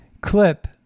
clip